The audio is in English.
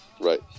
Right